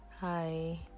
Hi